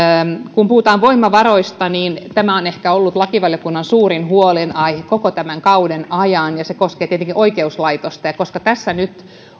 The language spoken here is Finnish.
kun puhutaan voimavaroista niin tämä on ehkä ollut lakivaliokunnan suurin huolenaihe koko tämän kauden ajan ja se koskee tietenkin oikeuslaitosta ja koska tässä nyt